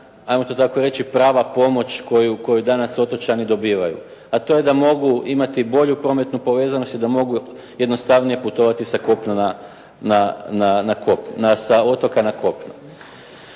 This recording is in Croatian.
'ajmo to tako reći prava pomoć koju danas otočani dobivaju, a to je da mogu imati bolju prometnu povezanost i da mogu jednostavnije putovati sa otoka na kopno.